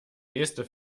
nächste